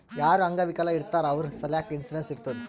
ಯಾರು ಅಂಗವಿಕಲ ಇರ್ತಾರ್ ಅವ್ರ ಸಲ್ಯಾಕ್ ಇನ್ಸೂರೆನ್ಸ್ ಇರ್ತುದ್